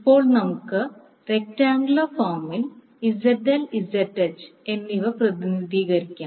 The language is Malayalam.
ഇപ്പോൾ നമുക്ക് റെക്റ്റാങ്ഗ്യലർ ഫോമിൽ ZL Zth എന്നിവ പ്രതിനിധീകരിക്കാം